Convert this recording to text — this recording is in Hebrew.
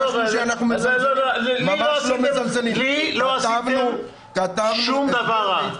לי לא עשיתם שום דבר רע.